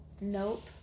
Nope